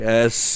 Yes